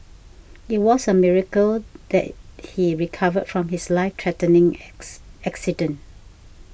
it was a miracle that he recovered from his life threatening X accident